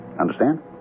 Understand